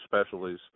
Specialties